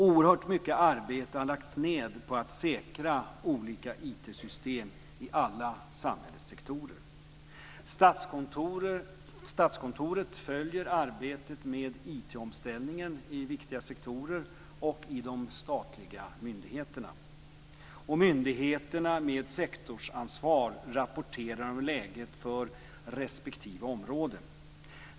Oerhört mycket arbete har lagts ned på att säkra olika IT-system i alla samhällets sektorer. Statskontoret följer arbetet med IT-omställningen i viktiga sektorer och i de statliga myndigheterna. Myndigheterna med sektorsansvar rapporterar om läget för respektive område.